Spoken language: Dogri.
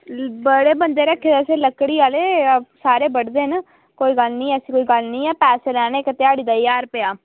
बड़े बंदे रक्खे दे असें लकड़ी आह्ले सारे बढदे न कोई गल्ल निं ऐसी कोई गल्ल निं ऐ पैसे लैने ध्याड़ी दा ज्हार रपेआ